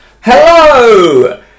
Hello